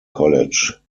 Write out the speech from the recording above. college